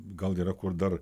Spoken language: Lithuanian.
gal yra kur dar